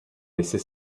laisser